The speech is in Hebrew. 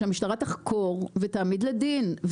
שהמשטרה תחקור ותעמיד לדין.